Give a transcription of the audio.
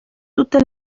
tutta